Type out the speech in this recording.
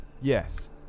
Yes